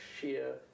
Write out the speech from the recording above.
sheer